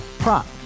Prop